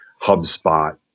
hubspot